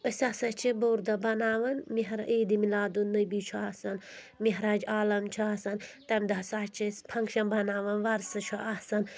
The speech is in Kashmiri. أسۍ ہَسا چھِ بوٚڑ دۄہ بَناوَان مہرا عیٖدِ ملادُن نبی چھُ آسَان مٔہراج عالم چھُ آسَان تمہِ دۄہ ہَسا چھِ أسۍ فنٛگشَن بَناوَان وَرسہٕ چھُ آسَان